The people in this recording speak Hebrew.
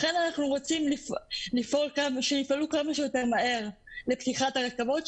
לכן אנחנו רוצים שיפעלו כמה שיותר מהר לפתיחת הרכבות,